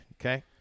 Okay